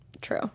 true